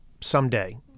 someday